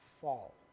fall